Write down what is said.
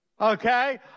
Okay